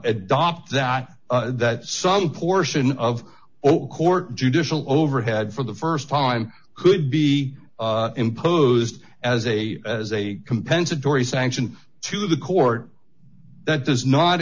adopt that that some portion of court judicial overhead for the st time could be imposed as a as a compensatory sanction to the court that does not